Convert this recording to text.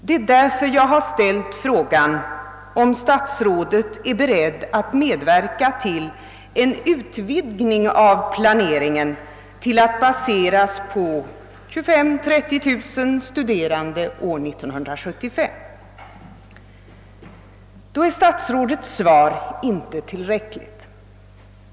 Det är därför jag har ställt frågan, om statsrådet är beredd att medverka till en utvidgning av planeringen till att baseras på 25 000—30 000 studerande år 1975. Men statsrådets svar är inte tillfredsställande.